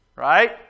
right